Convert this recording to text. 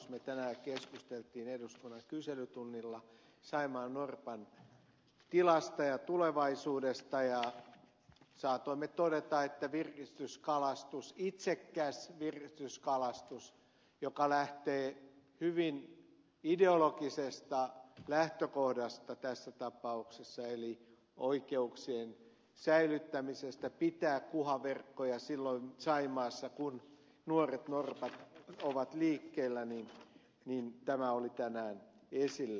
me tänään keskustelimme eduskunnan kyselytunnilla saimaannorpan tilasta ja tulevaisuudesta ja saatoimme todeta että virkistyskalastus itsekäs virkistyskalastus joka lähtee hyvin ideologisesta lähtökohdasta tässä tapauksessa eli oikeuksien säilyttämisestä pitää kuhaverkkoja silloin saimaassa kun nuoret norpat ovat liikkeellä oli tänään esillä